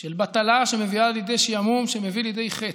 של בטלה, שמביאה לידי שעמום, שמביא לידי חטא,